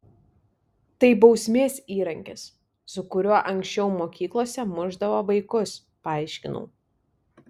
tai bausmės įrankis su kuriuo anksčiau mokyklose mušdavo vaikus paaiškinau